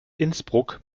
innsbruck